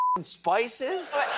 spices